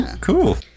cool